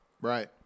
Right